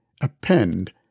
append